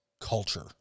culture